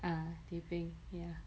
ah teh peng ya